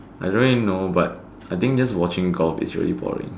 I don't really know but I think just watching golf is really boring